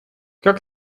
как